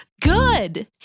Good